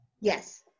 yes